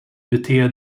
beter